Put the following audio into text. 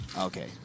okay